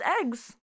eggs